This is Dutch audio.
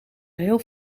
geheel